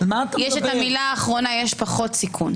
את המילה האחרונה, יש פחות סיכון,